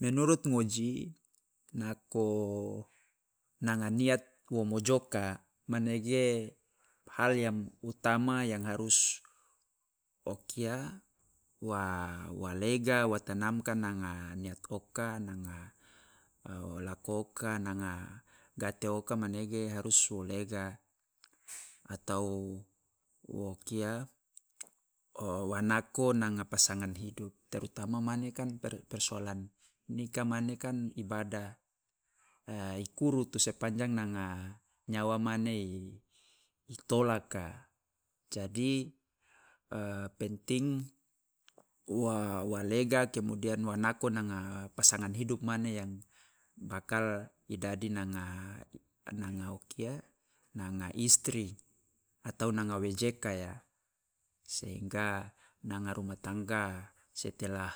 Menurut ngoji, nako nanga niat wo mojoka manege hak yang utama yang harus o kia wa wa lega wa tanamkan nanga niat oka o lakoka nanga gate oka manege harus fo lega atau wo kia o wa nako nanga pasangan hidup, terutama mane kan persoalan nika mane kan ibadah, i kurutu sepanjang nanga nyawa mane i i tolaka, jadi penting wa wa lega kemudian wa nako nanga pasangan hidup mane yang bakal i dadi nanga nanga o kia nanga istri atau nanga wejeka ya, sehingga nanga rumah tangga setelah